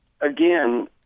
Again